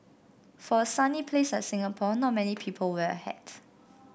for a sunny place like Singapore not many people wear a hat